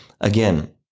again